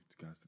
guys